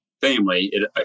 family